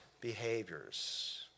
behaviors